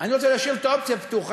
אני רוצה להשאיר פתוחה